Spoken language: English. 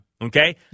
Okay